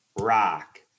Rock